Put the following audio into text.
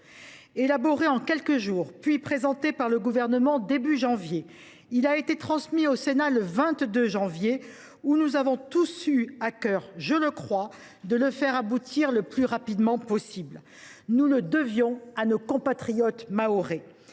Élaboré en quelques jours, puis présenté par le Gouvernement début janvier, ce projet de loi a été transmis le 22 janvier au Sénat, où nous avons tous eu à cœur de le faire aboutir le plus rapidement possible. Nous le devions à nos compatriotes mahorais.